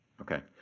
okay